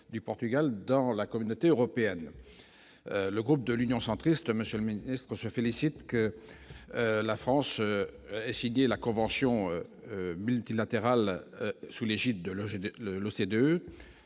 du Portugal dans la communauté européenne, le groupe de l'Union centriste, Monsieur le ministre se félicite que la France ait signé la convention multilatérale sous l'égide de loger